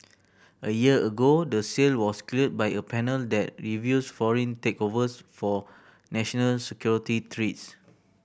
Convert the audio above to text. a year ago the sale was cleared by a panel that reviews foreign takeovers for national security threats